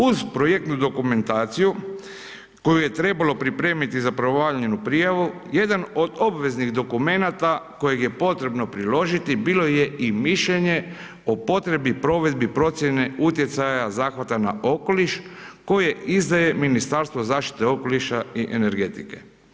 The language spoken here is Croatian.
Uz projektnu dokumentaciju, koju je trebalo pripremiti za pravovaljanu prijavu, jedan od obveznih dokumenata kojeg je potrebno priložiti bilo je i mišljenje o potrebi provedbi procjene utjecaja zahvata na okoliš koje izdaje Ministarstvo zaštite okoliša i energetike.